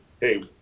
hey